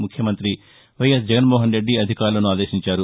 ముఖ్యమంతి వైయస్ జగన్మోహన్ రెడ్డి అధికారులను ఆదేశించారు